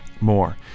more